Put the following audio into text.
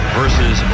versus